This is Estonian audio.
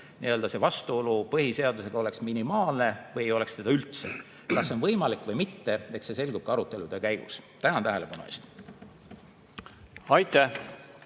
ja muuta, et vastuolu põhiseadusega oleks minimaalne või ei oleks seda üldse. Kas see on võimalik või mitte, eks see selgub arutelude käigus. Tänan tähelepanu eest! Aitäh!